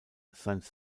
science